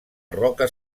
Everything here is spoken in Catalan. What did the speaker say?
roca